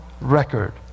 record